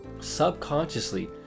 Subconsciously